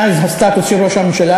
מאז הסטטוס של ראש הממשלה.